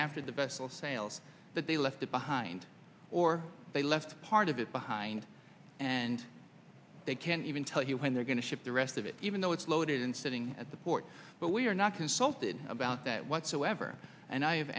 after the vessel sails that they left it behind or they left part of it behind and they can't even tell you when they're going to ship the rest of it even though it's loaded and sitting at the port but we are not consulted about that whatsoever and i